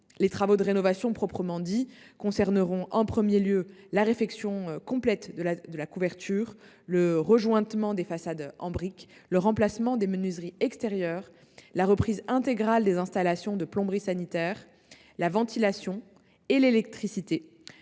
Les travaux de rénovation proprement dits concerneront en premier lieu la réfection complète de la couverture, le rejointoiement des façades en briques, le remplacement des menuiseries extérieures et la reprise intégrale des installations de plomberie sanitaire, de la ventilation et de l’électricité,